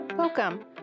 Welcome